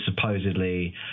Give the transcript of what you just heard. supposedly